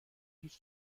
هیچ